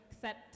set